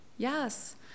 Yes